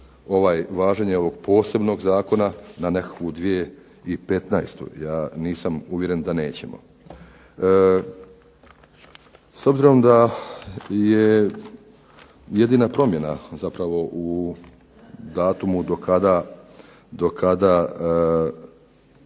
važenje ovog posebnog zakona na nekakvu 2015., ja nisam uvjeren da nećemo. S obzirom da je jedina promjena zapravo u datumu do kada